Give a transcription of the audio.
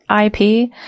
IP